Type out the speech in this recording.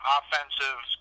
offensive